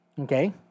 Okay